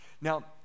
now